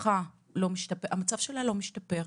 מצב המשפחה לא משתפר.